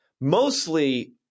mostly